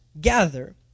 gather